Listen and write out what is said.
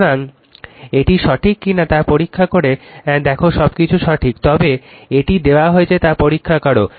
সুতরাং এটি সঠিক কিনা তা পরীক্ষা করে দেখো সবকিছুই সঠিক তবে এটি দেওয়া হয়েছে তা পরীক্ষা করো